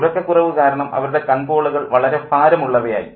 ഉറക്കക്കുറവ് കാരണം അവരുടെ കൺപോളകൾ വളരെ ഭാരമുള്ളവ ആയി